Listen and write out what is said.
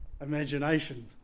imagination